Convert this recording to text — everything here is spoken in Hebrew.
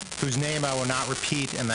הוא רצח 11 אנשים ולאחר חמש שנים נעשה צדק,